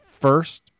first